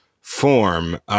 form